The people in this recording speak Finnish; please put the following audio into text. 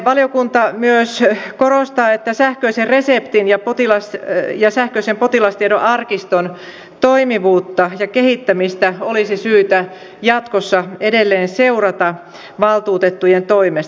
valiokunta myös korostaa että sähköisen reseptin ja sähköisen potilastiedon arkiston toimivuutta ja kehittämistä olisi syytä jatkossa edelleen seurata valtuutettujen toimesta